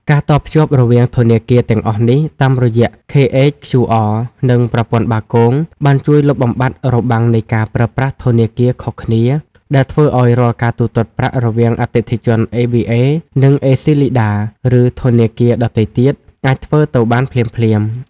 ការតភ្ជាប់រវាងធនាគារទាំងអស់នេះតាមរយៈ KHQR និងប្រព័ន្ធបាគង បានជួយលុបបំបាត់របាំងនៃការប្រើប្រាស់ធនាគារខុសគ្នា ដែលធ្វើឱ្យរាល់ការទូទាត់ប្រាក់រវាងអតិថិជន ABA និងអេស៊ីលីដា (ឬធនាគារដទៃទៀត) អាចធ្វើទៅបានភ្លាមៗ។